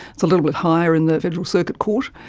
it's a little bit higher in the federal circuit court.